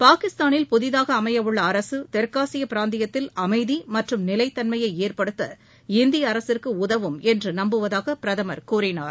பாகிஸ்தானில் புதிதாக அமையவுள்ள அரசு தெற்காசிய பிராந்தியத்தில் அமைதி மற்றும் நிலைத்தன்மையை ஏற்படுத்த இந்திய அரசிற்கு உதவும் என்று நப்புவதாக பிரதமர் கூறினார்